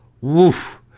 woof